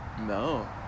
No